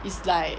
it's like